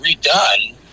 redone